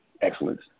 excellence